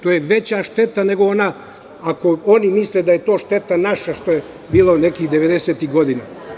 To je veća šteta, nego ona, ako oni misle da je to naša šteta koja je bila nekih devedesetih godina.